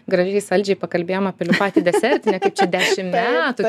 gražiai saldžiai pakalbėjom apie liu paty desertinę kaip čia dešim metų